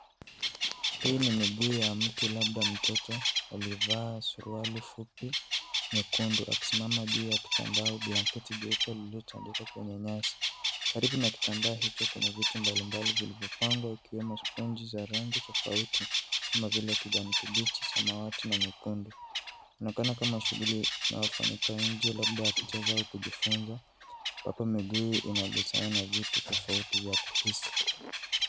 Hii ni miguu ya mtu labda mtoto. Amevaa suruali fupi nyekundu akisimama juu ya kitambaa au blanketi jeupe lililotandikwa kwenye nyasi. Karibu na kitambaa hicho kuna vitu mbalimbali vilivyopangwa ikiwemo sponji za rangi tofauti kama vile kijani kibichi samawati na nyekundu. Kunaonekana kama shughuli inayofanyika nje labda ya kucheza au kujifunza ambalo miguu inagusana na vitu tofauti vya kuhisi.